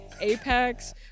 Apex